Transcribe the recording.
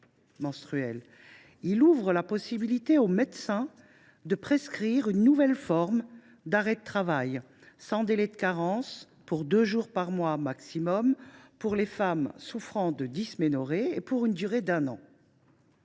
il offre la possibilité aux médecins de prescrire une nouvelle forme d’arrêt de travail, sans délai de carence, pour deux jours par mois au maximum, aux femmes souffrant de dysménorrhée, et cela pour une durée d’un an.